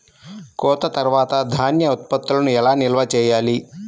కోత తర్వాత ధాన్య ఉత్పత్తులను ఎలా నిల్వ చేయాలి?